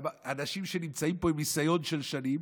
אנשים שנמצאים פה עם ניסיון של שנים.